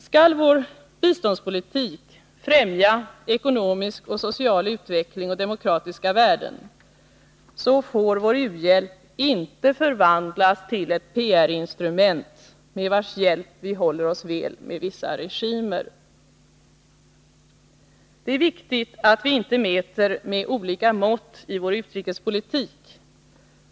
Skall vår biståndspolitik främja ekonomisk och social utveckling och demokratiska värden, så får vår u-hjälp inte förvandlas till ett PR-instrument med vars hjälp vi håller oss väl med vissa regimer. Det är viktigt att vi inte mäter med olika mått i vår utrikespolitik.